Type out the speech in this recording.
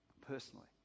personally